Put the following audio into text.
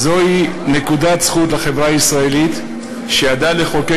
זוהי נקודת זכות לחברה הישראלית שידעה לחוקק